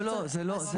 לא, זה לא.